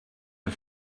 een